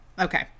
Okay